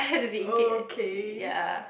okay